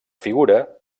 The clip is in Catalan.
figura